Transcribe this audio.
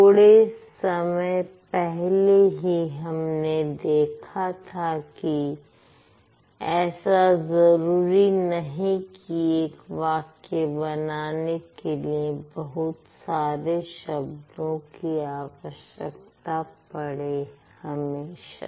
थोड़े समय पहले ही हमने देखा था कि ऐसा जरूरी नहीं कि एक वाक्य बनाने के लिए बहुत सारे शब्दों की आवश्यकता पड़े हमेशा